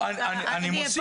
אני מוסיף את זה.